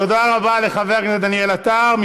תודה רבה לחבר הכנסת דניאל עטר.